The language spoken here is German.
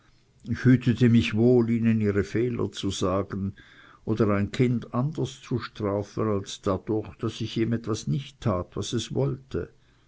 ich hütete mich wohl ihnen ihre fehler zu sagen oder ein kind anders zu strafen als dadurch daß ich ihm etwas nicht tat was es wollte